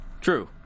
True